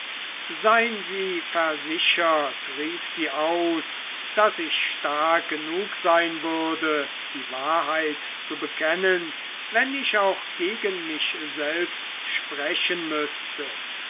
sein sie versichert rief sie aus daß ich stark genug sein würde die wahrheit zu bekennen wenn ich auch gegen mich selbst sprechen müßte